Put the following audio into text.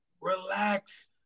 relax